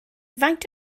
faint